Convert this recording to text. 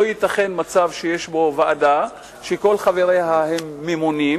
לא ייתכן מצב שיש ועדה שכל חבריה הם ממונים,